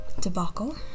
debacle